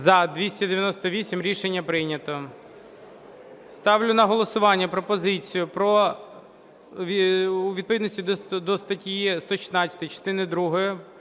За-298 Рішення прийнято. Ставлю на голосування пропозицію про… у відповідності до статті 116